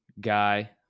guy